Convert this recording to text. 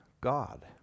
God